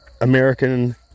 American